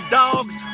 dogs